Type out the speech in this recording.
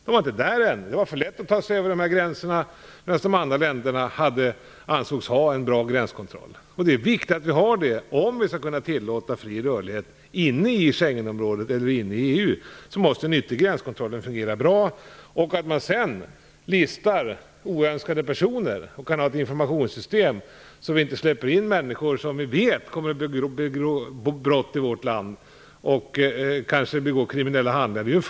Det ansågs för lätt att ta sig över deras gränser, medan de andra länderna ansågs ha en bra gränskontroll. Det är ju viktigt att vi har det. Om vi skall kunna tillåta fri rörlighet inom Schengenområdet eller inom EU, måste den yttre gränskontrollen fungera bra. Sedan kan man lista oönskade personer och ha ett informationssystem som gör att inte de människor släpps in som vi vet kommer att begå brott och kanske kriminella handlingar i vårt land.